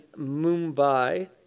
Mumbai